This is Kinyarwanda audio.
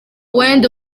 wenda